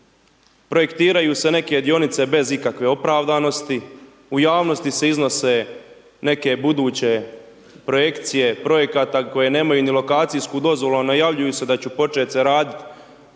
projektiraju se neke dionice bez ikakve opravdanosti, u javnosti se iznose neke buduće projekcije projekata koje nemaju ni lokacijsku dozvolu, a najavljuju se da će počet se radit